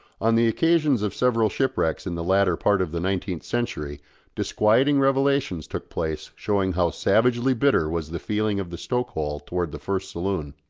on the occasions of several shipwrecks in the latter part of the nineteenth century disquieting revelations took place showing how savagely bitter was the feeling of the stoke-hole towards the first saloon.